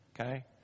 okay